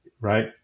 right